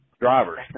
drivers